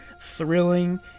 thrilling